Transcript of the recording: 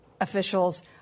officials